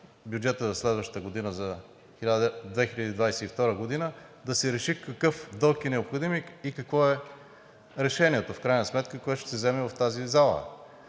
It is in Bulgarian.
бюджета за следващата година, за 2022 г., да си реши какъв дълг е необходим и какво е решението, което в крайна сметка ще се вземе в тази зала.